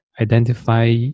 identify